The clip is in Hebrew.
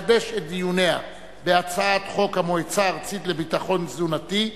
לחדש את דיוניה בהצעת חוק המועצה הארצית לביטחון תזונתי,